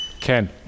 Ken